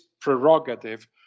prerogative